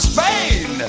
Spain